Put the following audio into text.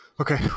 okay